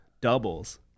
doubles